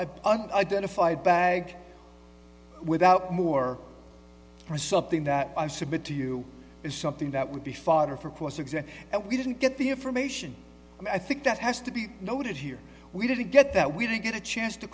identified bag without more for something that i submit to you is something that would be fodder for cross examine that we didn't get the information i think that has to be noted here we didn't get that we didn't get a chance to